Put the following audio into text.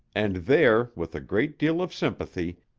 and there, with a great deal of sympathy,